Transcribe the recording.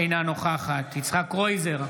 אינה נוכחת יצחק קרויזר,